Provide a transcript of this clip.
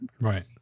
Right